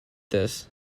this